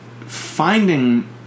finding